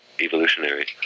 Evolutionary